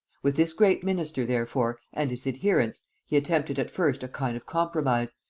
with this great minister therefore and his adherents he attempted at first a kind of compromise,